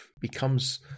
becomes –